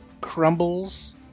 crumbles